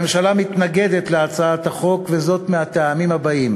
הממשלה מתנגדת להצעת החוק, וזאת מהטעמים הבאים: